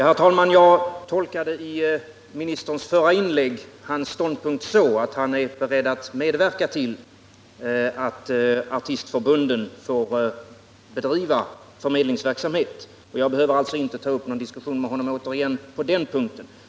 Herr talman! Jag tolkade i ministerns förra inlägg hans ståndspunktstagande så, att han är beredd att medverka till att artistförbunden får bedriva förmedlingsverksamhet. Jag behöver alltså inte ta upp någon diskussion med honom på den punkten.